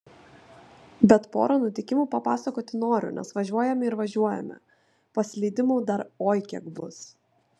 bet porą nutikimų papasakoti noriu nes važiuojame ir važiuojame paslydimų dar oi kiek bus